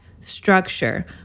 structure